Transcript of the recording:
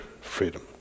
freedom